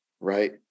right